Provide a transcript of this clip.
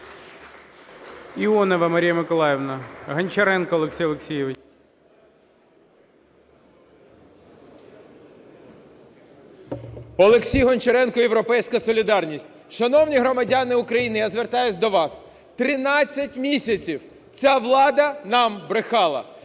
Олексій Гончаренко, "Європейська солідарність". Шановні громадяни України, я звертаюсь до вас. Тринадцять місяців ця влада нам брехала,